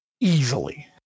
easily